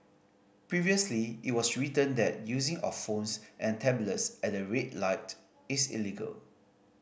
previously it was written that using of phones and tablets at the red light is illegal